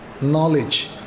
knowledge